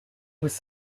was